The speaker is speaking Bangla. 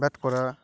ব্যাট করা